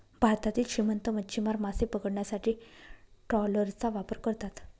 भारतातील श्रीमंत मच्छीमार मासे पकडण्यासाठी ट्रॉलरचा वापर करतात